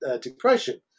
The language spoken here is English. depression